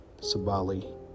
Sabali